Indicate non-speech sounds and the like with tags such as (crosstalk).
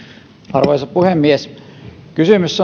arvoisa puhemies kysymys (unintelligible)